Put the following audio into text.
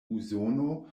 usono